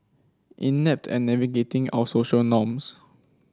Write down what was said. inept and navigating our social norms